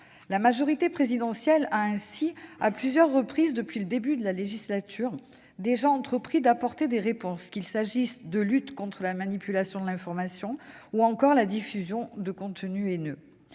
La majorité présidentielle a ainsi, à plusieurs reprises depuis le début de la législature, déjà entrepris d'apporter des réponses, qu'il s'agisse de lutter contre la manipulation de l'information ou contre la diffusion de contenus haineux.